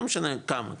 לא משנה כמה,